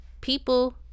people